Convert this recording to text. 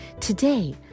Today